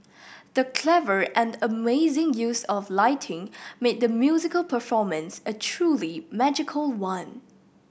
the clever and amazing use of lighting made the musical performance a truly magical one